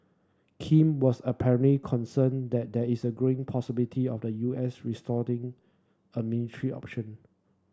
Kim was apparently concerned that there is growing possibility of the U S resorting a military option